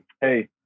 hey